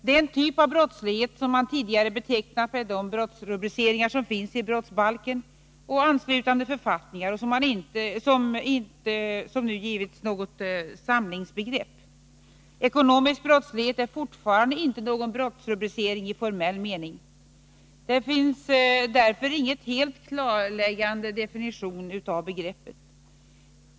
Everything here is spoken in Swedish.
Det är en typ av brottslighet som man tidigare betecknat med de brottsrubriceringar som finns i brottsbalken och anslutande författningar och som man inte som nu givit något samlingsbegrepp. Ekonomisk brottslighet är fortfarande inte någon brottsrubricering i formell mening. Det finns därför ingen helt klarläggande definition av begreppet.